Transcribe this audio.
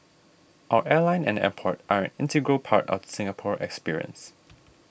our airline and airport are an integral part of the Singapore experience